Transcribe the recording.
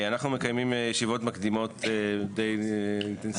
אנחנו מקיימים ישיבות מקדימות די אינטנסיביות.